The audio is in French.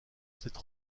cette